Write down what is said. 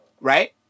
right